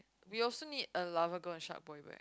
we also need a Larva girl and SharkBoy what